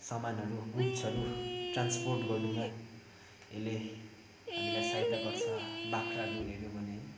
सामानहरू गुड्सहरू ट्रान्सपोर्ट गर्नुमा यसले हामीलाई सहायता गर्छ बाख्राहरू हेऱ्यौँ भने